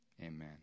amen